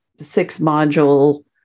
six-module